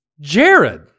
Jared